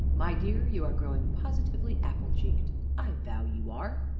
my dear, you are growing positively apple-cheeked i vow you are!